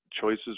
choices